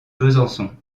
besançon